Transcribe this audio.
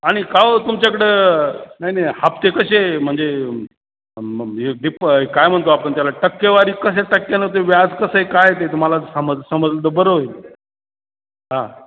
आणि का अहो तुमच्याकडं नाही नाही हफ्ते कसे म्हणजे हे डीप काय म्हणतो आपण त्याला टक्केवारी कसे टक्क्यानं ते व्याज कसं आहे काय ते मला समज समजलं त बरं होईल हां